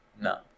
no